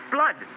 Blood